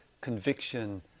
conviction